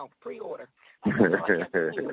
pre-order